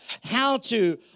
how-to